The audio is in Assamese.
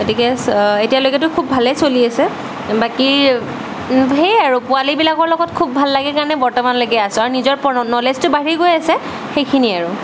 গতিকে এতিয়ালৈকেতো খুব ভালেই চলি আছে বাকী সেইয়াই আৰু পোৱালীবিলাকৰ লগত খুব ভাল লাগে কাৰণে বৰ্তমানলৈকে আছোঁ আৰু নিজৰ নলেজটো বাঢ়ি গৈ আছে আৰু সেইখিনিয়েই আৰু